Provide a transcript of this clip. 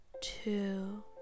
two